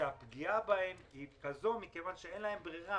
שהפגיעה בהם היא כזאת מכיוון שאין להם ברירה,